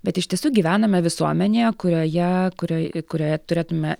bet iš tiesų gyvename visuomenėje kurioje kurioje kurioje turėtume